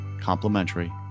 complimentary